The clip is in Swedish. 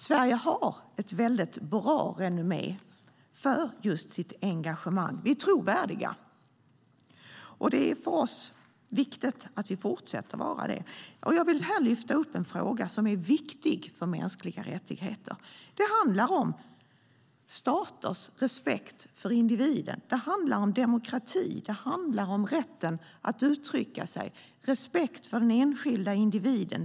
Sverige har ett bra renommé för just sitt engagemang. Vi är trovärdiga. Det är viktigt för oss att vi fortsätter att vara det. Jag vill här lyfta fram en fråga som är viktig för mänskliga rättigheter. Det handlar om staters respekt för individen. Det handlar om demokrati, om rätten att uttrycka sig och om respekt för den enskilda individen.